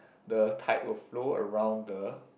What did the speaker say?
the tide will flow around the